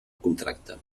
contracte